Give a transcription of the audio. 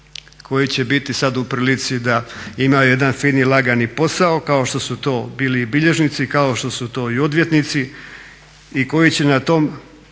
koji će biti sad u prilici da imaju jedan fini lagani posao kao što su to bili i bilježnici, kao što su to i odvjetnici i koji će na tom